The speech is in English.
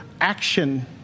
action